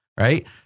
Right